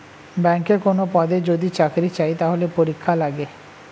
ব্যাংকে কোনো পদে যদি চাকরি চায়, তাহলে পরীক্ষা লাগে